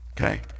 Okay